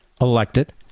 elected